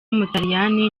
w’umutaliyani